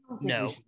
no